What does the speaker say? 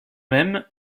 même